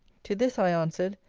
to this i answered,